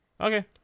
okay